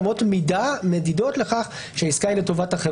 למרות מידע ומדידות לכך,